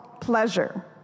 pleasure